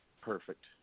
perfect